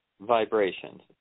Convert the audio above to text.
vibrations